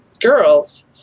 girls